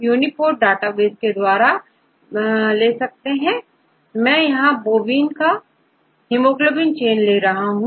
UniProt database के द्वारा मैं यहां बोविन की हिमोग्लोबिन चैन ले रहा हूं